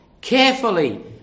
carefully